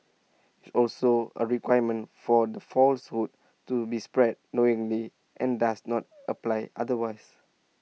it's also A requirement for the falsehood to be spread knowingly and does not apply otherwise